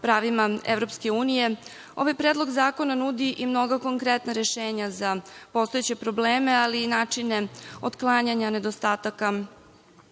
pravima EU ovaj predlog zakona nudi i mnoga konkretna rešenja za postojeće probleme, ali i načine otklanjanja nedostataka